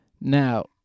Now